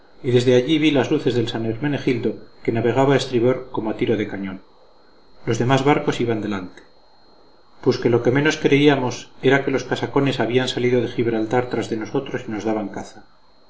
y desde allí vi las luces del san hermenegildo que navegaba a estribor como a tiro de cañón los demás barcos iban delante pusque lo que menos creíamos era que los casacones habían salido de gibraltar tras de nosotros y nos daban caza